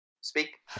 Speak